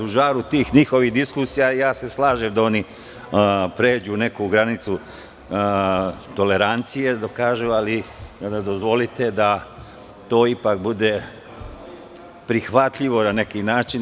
U žaru tih njihovih diskusija, slažem se, oni prelaze neku granicu tolerancije, ali dozvolite da to ipak bude prihvatljivo na neki način.